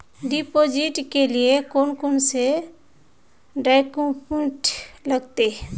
Deposit के लिए कौन कौन से डॉक्यूमेंट लगते?